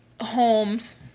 homes